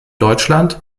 deutschland